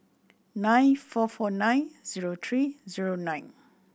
nine four four nine zero three zero nine